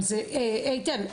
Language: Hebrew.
אבל איתן,